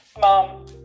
Mom